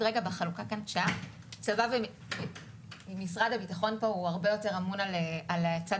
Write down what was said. שבחלוקה כאן שמשרד הביטחון הרבה יותר אמון על הצד